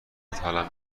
حالم